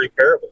repairable